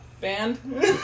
band